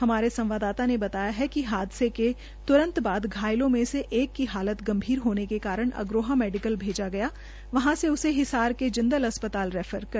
हमारे संवाददाता ने बताया कि हादसे के तुरंत बाद घायलों में से एक की हालत गंभीर हाने के कारण अग्रोहा मेडिकल भेजा गया वहां से उसे हिसार के जिंदल अस्पताल रैफर कर दिया गया